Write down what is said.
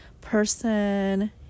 person